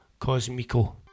Cosmico